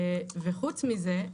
חוץ מזה,